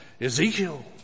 Ezekiel